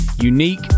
unique